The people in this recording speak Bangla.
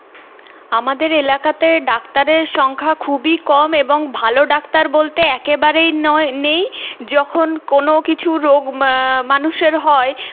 আমাদের এলাকাতে ডাক্তারের সংখ্যা খুবই কম এবং ভালো ডাক্তার বলতে একেবারেই নয় নেই যখন কোনো কিছু রোগ মা মানুষের হয়